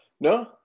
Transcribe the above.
No